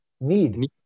need